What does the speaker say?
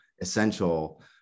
essential